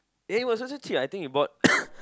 eh it was not so cheap I think you bought